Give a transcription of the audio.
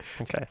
Okay